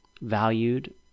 valued